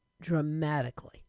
dramatically